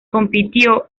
compitió